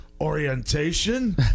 orientation